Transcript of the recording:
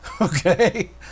Okay